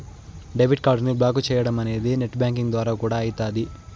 debit కార్డుని block చేయడమనేది net banking ద్వారా కూడా అయితాది